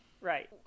Right